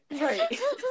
right